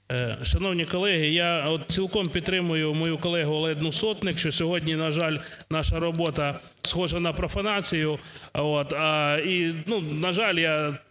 Шановні колеги, я цілком підтримую мою колегу Олену Сотник, що сьогодні, на жаль, наша робота схожа на профанацію,